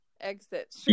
exit